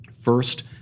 First